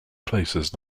places